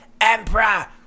emperor